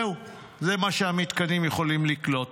זהו, זה מה שהמתקנים יכולים לקלוט.